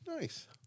Nice